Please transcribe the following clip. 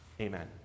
Amen